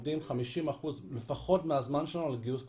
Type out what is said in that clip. שלפחות 50% מהזמן שלנו אנחנו עובדים על גיוס כספים,